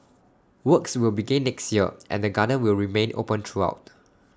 works will begin next year and the garden will remain open throughout